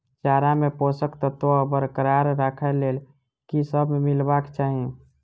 चारा मे पोसक तत्व बरकरार राखै लेल की सब मिलेबाक चाहि?